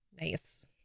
Nice